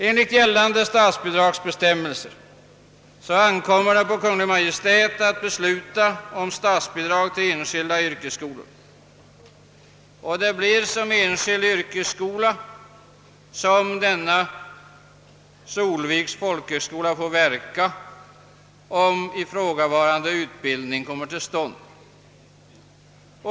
Enligt gällande statsbidragsbestämmelser ankommer det på Kungl. Maj:t att besluta om statsbidrag till enskilda yrkesskolor, och det blir som enskild yrkesskola Solviks folkhögskola får verka, om ifrågavarande utbildning kommer till stånd.